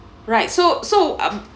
right so so um